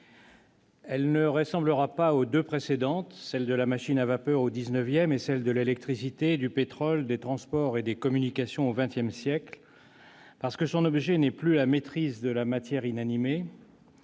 Elle ne ressemblera pas aux deux précédentes, celle de la machine à vapeur au XIX siècle et celle de l'électricité, du pétrole, des transports et des communications au XX siècle. En effet, son objet est non plus la maîtrise de la matière inanimée,